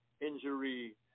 injury